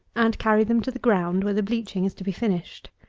and carry them to the ground where the bleaching is to be finished.